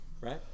right